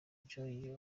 enjoy